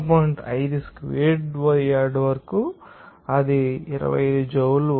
5 squared వరకు తెలుసు అది 25జౌల్ వస్తుంది